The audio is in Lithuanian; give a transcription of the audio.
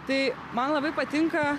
tai man labai patinka